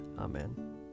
Amen